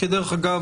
כדרך אגב,